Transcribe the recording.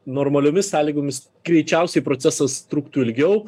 normaliomis sąlygomis greičiausiai procesas truktų ilgiau